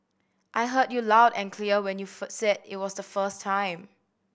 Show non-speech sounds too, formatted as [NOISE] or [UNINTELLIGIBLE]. I heard you loud and clear when you [UNINTELLIGIBLE] said it was the first time